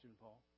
Paul